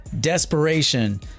Desperation